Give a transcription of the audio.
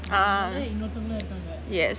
ah yes